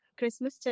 Christmas